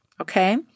Okay